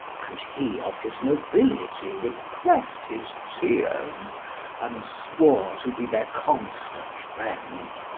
and he of his nobility repressed his tears and swore to be their constant friend.